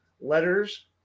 Letters